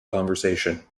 conversation